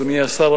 אדוני השר,